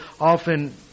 often